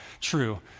true